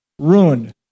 Ruined